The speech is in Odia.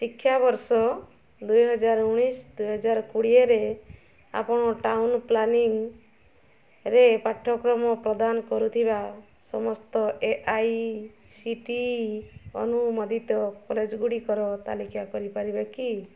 ଶିକ୍ଷାବର୍ଷ ଦୁଇହଜାର ଉଣେଇଶ ଦୁଇହଜାର କୋଡ଼ିଏରେ ଆପଣ ଟାଉନ୍ ପ୍ଲାନିଂରେ ପାଠ୍ୟକ୍ରମ ପ୍ରଦାନ କରୁଥିବା ସମସ୍ତ A I C T E ଅନୁମୋଦିତ କଲେଜଗୁଡ଼ିକର ତାଲିକା କରିପାରିବେ କି